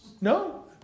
no